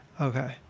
Okay